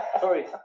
Sorry